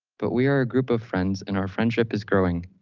but we are a group of friends and our friendship is growing.